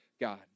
God